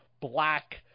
black